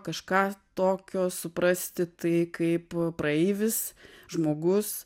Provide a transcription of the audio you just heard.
kažką tokio suprasti tai kaip praeivis žmogus